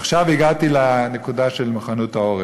ועכשיו הגעתי לנקודה של מוכנות העורף: